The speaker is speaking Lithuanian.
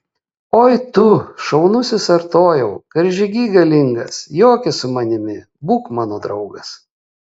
oi tu šaunusis artojau karžygy galingas joki su manimi būk mano draugas